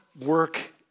work